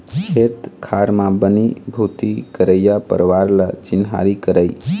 खेत खार म बनी भूथी करइया परवार ल चिन्हारी करई